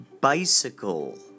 bicycle